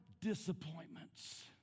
disappointments